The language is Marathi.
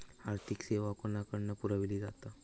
आर्थिक सेवा कोणाकडन पुरविली जाता?